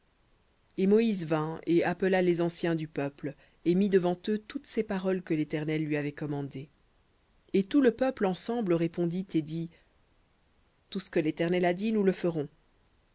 et moïse vint et appela les anciens du peuple et mit devant eux toutes ces paroles que l'éternel lui avait commandées et tout le peuple ensemble répondit et dit tout ce que l'éternel a dit nous le ferons